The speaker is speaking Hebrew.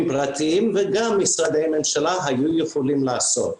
פרטיים וגם משרדי ממשלה היו יכולים לעשות.